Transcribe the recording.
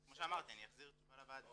כמו שאמרתי, אני אחזיר תשובה לוועדה.